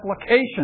application